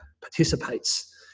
participates